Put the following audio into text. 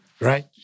right